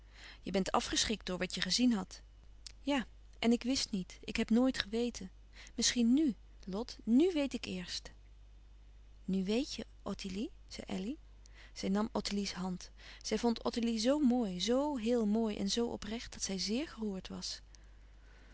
je bent afgeschrikt door wat je gezien hadt ja en ik wist niet ik heb nooit geweten misschien n lot n weet ik eerst nu weet je ottilie zei elly zij nam ottilie's hand zij vond ottilie zoo mooi zoo heel mooi en zoo oprecht dat zij zeer geroerd was